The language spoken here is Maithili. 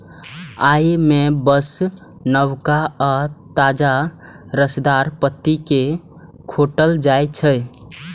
अय मे बस नवका आ ताजा रसदार पत्ती कें खोंटल जाइ छै